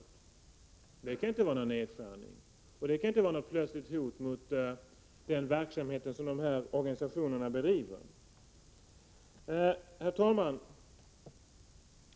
Det — 7 april 1988 kan ju inte vara någon nedskärning och inte något plötsligt hot mot den verksamhet som dessa organisationer bedriver. Herr talman!